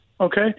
okay